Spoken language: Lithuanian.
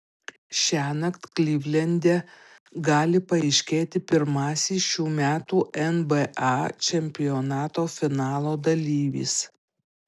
šiąnakt klivlende gali paaiškėti pirmasis šių metų nba čempionato finalo dalyvis